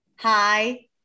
Hi